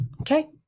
okay